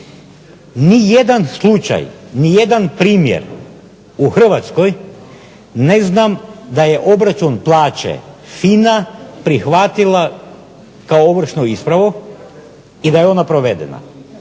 NI jedan slučaj, ni jedan primjer u Hrvatskoj ne znam da je obračun plaće FINA prihvatila kao ovršnu ispravu i da je ona provedena.